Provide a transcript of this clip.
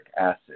acid